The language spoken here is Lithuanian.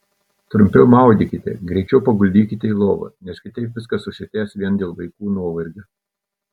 trumpiau maudykite greičiau paguldykite į lovą nes kitaip viskas užsitęs vien dėl vaikų nuovargio